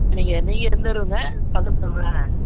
நீங்கள் நீங்கள் எந்த ஊருங்க பக்கத்து ஊரா